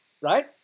right